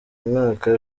umwaka